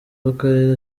w’akarere